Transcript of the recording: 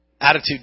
Attitude